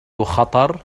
خطر